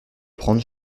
prendre